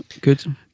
good